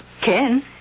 Ken